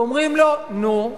ואומרים לו: נו,